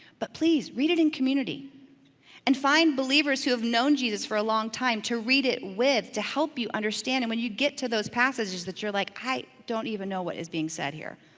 but please, read it in community and find believers who have known jesus for a long time to read it with, to help you understand, and when you get to those passages that like, i don't even know what is being said here.